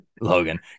Logan